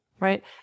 right